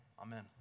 Amen